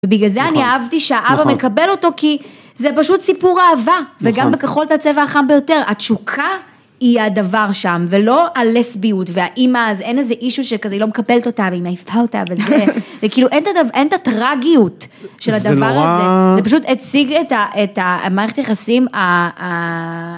בגלל זה אני אהבתי שהאבא מקבל אותו כי זה פשוט סיפור אהבה וגם ב"כחול זה הצבע החם ביותר", התשוקה היא הדבר שם ולא הלסביות והאימא, אין איזה אישו שכזה היא לא מקבלת אותה והיא מעיפה אותה וזה, וכאילו אין את הטרגיות של הדבר הזה, זה נורא... זה פשוט הציג את מערכת היחסים